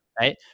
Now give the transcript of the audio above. right